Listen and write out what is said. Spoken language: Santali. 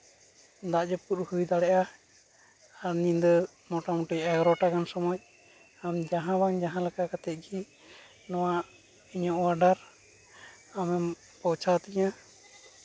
ᱫᱟᱜ ᱡᱟᱹᱯᱩᱫ ᱦᱩᱭ ᱫᱟᱲᱮᱭᱟᱜᱼᱟ ᱟᱨ ᱧᱤᱫᱟᱹ ᱢᱳᱴᱟᱢᱩᱴᱤ ᱮᱜᱟᱨᱳᱴᱟ ᱜᱟᱱ ᱥᱚᱢᱚᱭ ᱟᱢ ᱡᱟᱦᱟᱸ ᱵᱟᱝ ᱡᱟᱦᱟᱸ ᱞᱮᱠᱟ ᱠᱟᱛᱮᱫ ᱜᱮ ᱱᱚᱣᱟ ᱤᱧᱟᱹᱜ ᱚᱰᱟᱨ ᱟᱢᱮᱢ ᱯᱳᱪᱷᱟᱣ ᱛᱤᱧᱟᱹ